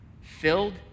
filled